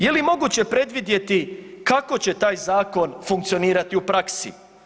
Je li moguće predvidjeti kako će taj zakon funkcionirati u praksi?